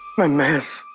my mercy